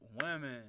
women